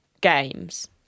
games